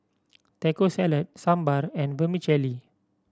Taco Salad Sambar and Vermicelli